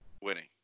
Winning